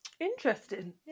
Interesting